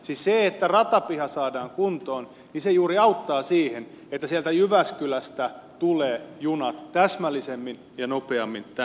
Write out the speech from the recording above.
siis se että ratapiha saadaan kuntoon juuri auttaa siihen että sieltä jyväskylästä junat tulevat täsmällisemmin ja nopeammin tänne helsinkiin